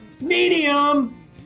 medium